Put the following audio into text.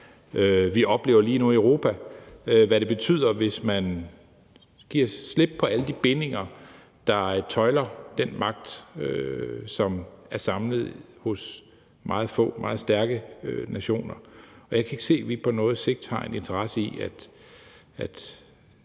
Vi oplever lige nu i Europa, hvad det betyder, hvis man giver slip på alle de bindinger, der tøjler den magt, som er samlet hos meget få og meget stærke nationer. Jeg kan ikke se, at vi på noget sigt har en interesse i at